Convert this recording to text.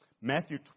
Matthew